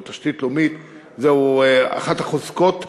זו תשתית לאומית, זו אחת החוזקות שלנו,